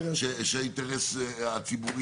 כיוון שמרבית ההיתרים ניתנים על סמך התוכניות התקפות.